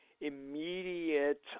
immediate